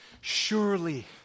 surely